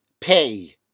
pay